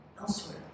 elsewhere